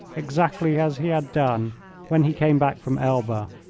exactly as he had done when he came back from elba.